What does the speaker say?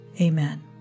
Amen